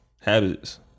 habits